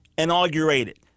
Inaugurated